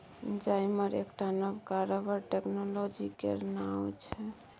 जाइमर एकटा नबका रबर टेक्नोलॉजी केर नाओ छै